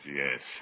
yes